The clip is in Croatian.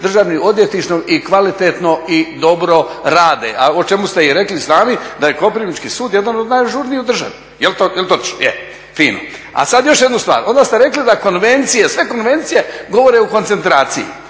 državnim odvjetništvom i kvalitetno i dobro rade. A o čemu ste i rekli sami da je koprivnički sud jedna od najažurnijih u državi. Je točno, je, fino. A sad još jednu stvar, onda ste rekli da konvencije, sve konvencije govore o koncentraciji.